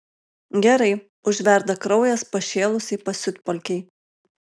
gerai užverda kraujas pašėlusiai pasiutpolkei